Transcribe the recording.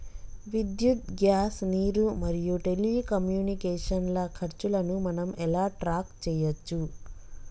విద్యుత్ గ్యాస్ నీరు మరియు టెలికమ్యూనికేషన్ల ఖర్చులను మనం ఎలా ట్రాక్ చేయచ్చు?